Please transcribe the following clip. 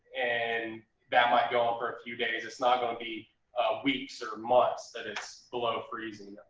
and that might go on for a few days. it's not gonna be weeks or months that it's below freezing.